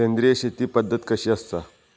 सेंद्रिय शेती पद्धत कशी असता?